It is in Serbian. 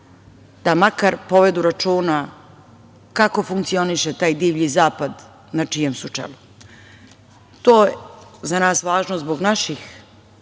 da makar povedu računa kako funkcioniše taj divlji zapad na čijem su čelu. To je za nas važno zbog naših